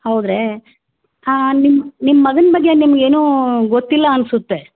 ಹೌದು ರೇ ಹಾಂ ನಿಮ್ಮ ನಿಮ್ಮ ಮಗನ ಬಗ್ಗೆ ನಿಮ್ಗೆ ಏನೂ ಗೊತ್ತಿಲ್ಲ ಅನಿಸುತ್ತೆ